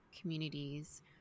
communities